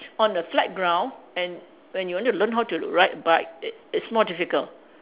on the flat ground and when you want to learn how to ride bike it it's more difficult